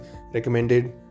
recommended